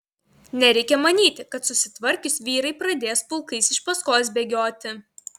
nereikia manyti kad susitvarkius vyrai pradės pulkais iš paskos bėgioti